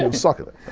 um suck at it.